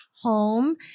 home